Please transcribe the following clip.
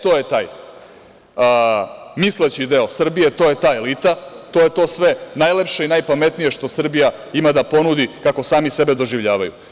To je taj misleći deo Srbije, to je ta elita, to je to sve najlepše i najpametnije što Srbija ima da ponudi kako sami sebe doživljavaju.